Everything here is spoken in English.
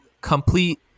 complete